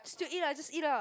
still eat lah just eat lah